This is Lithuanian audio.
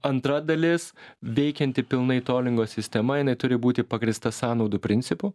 antra dalis veikianti pilnai tolingo sistema jinai turi būti pagrįsta sąnaudų principu